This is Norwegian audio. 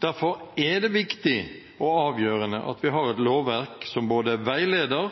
Derfor er det viktig og avgjørende at vi har et lovverk som både veileder,